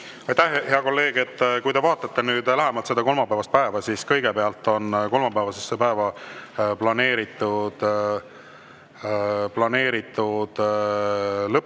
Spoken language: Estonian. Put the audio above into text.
hea kolleeg! Kui te vaatate nüüd lähemalt seda kolmapäevast päeva, siis kõigepealt on sellesse päeva planeeritud lõpphääletused,